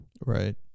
right